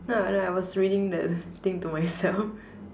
no no I was like reading the thing to myself